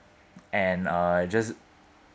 and uh I just